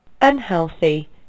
Unhealthy